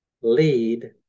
lead